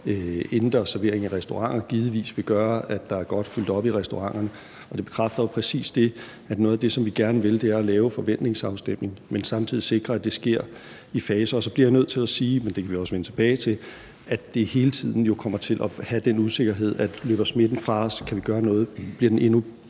indendørs servering i restauranter, vil givetvis gøre, at der er godt fyldt op i restauranterne. Det bekræfter jo præcis, at noget af det, som vi gerne vil, er at lave en forventningsafstemning, men samtidig sikre, at det sker i faser. Så bliver jeg nødt til at sige – men det kan vi også vende tilbage til – at det jo hele tiden kommer til at have den usikkerhed, at løber smitten fra os, må vi gøre noget, og bliver den endnu